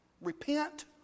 Repent